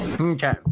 Okay